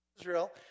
Israel